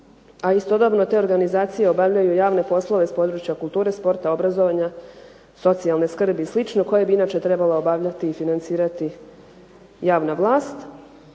a istodobno te organizacije obavljaju javne poslove s područje kulture, sporta, obrazovanja, socijalne skrbi i slično koje bi inače trebala obavljati i financirati javna vlast.